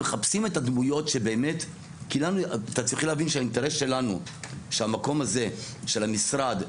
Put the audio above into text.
אתם צריכים להבין שהאינטרס שלנו שהמקום הזה של המשרד,